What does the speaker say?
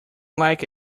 like